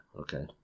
okay